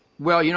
well, you know